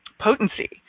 potency